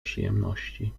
przyjemności